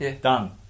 Done